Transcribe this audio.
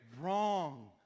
wrong